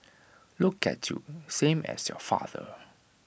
look at you same as your father